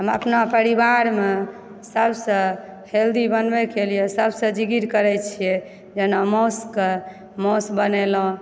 हम अपन परिवारमे सब सऽ हेल्दी बनबए के लिय सबसे जिकिर करै छियै जेना मासु कऽ मासु बनेलहुॅं